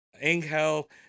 Engel